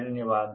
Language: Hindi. धन्यवाद